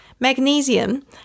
Magnesium